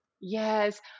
Yes